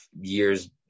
years